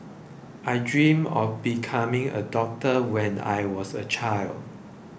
I dreamt of becoming a doctor when I was a child